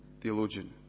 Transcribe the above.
theologian